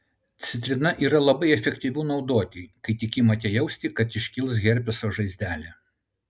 citrina yra labai efektyvu naudoti kai tik imate jausti kad iškils herpeso žaizdelė